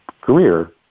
career